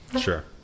Sure